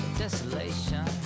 desolation